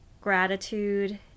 Gratitude